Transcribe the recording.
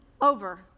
over